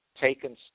taken